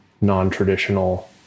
non-traditional